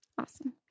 Awesome